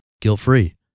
guilt-free